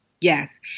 Yes